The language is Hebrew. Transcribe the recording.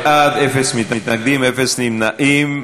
64 בעד, אין מתנגדים, אין נמנעים.